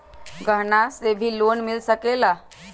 गहना से भी लोने मिल सकेला?